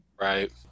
Right